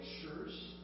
pictures